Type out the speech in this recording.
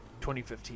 2015